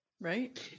Right